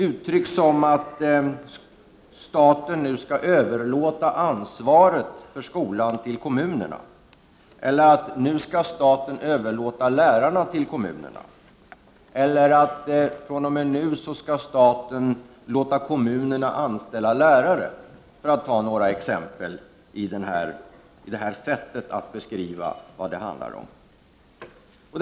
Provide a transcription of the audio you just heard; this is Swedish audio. Uttryck som ”nu skall staten överlåta ansvaret för skolan till kommunerna”, eller ”nu skall staten överlåta lärarna till kommunerna”, eller ”fr.o.m. nu skall staten låta kommunerna anställa lärare” är exempel på sättet att beskriva vad det handlar om.